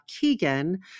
Keegan